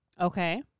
Okay